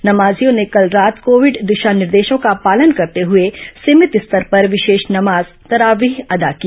नमाजियों ने कल रात कोविड दिशा निर्देशों का पालन करते हुए सीभित स्तर पर विशेष नमाज तरावी अदा की